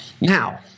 Now